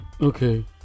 Okay